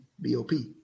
B-O-P